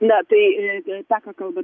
na tai tą ką kalba